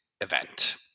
event